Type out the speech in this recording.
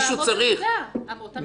אמות המידה.